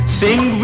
sing